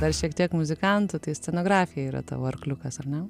dar šiek tiek muzikantu tai scenografija yra tavo arkliukas ar ne